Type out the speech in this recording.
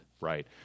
right